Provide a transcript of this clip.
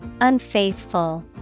unfaithful